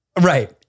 Right